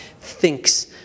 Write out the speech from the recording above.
thinks